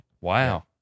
Wow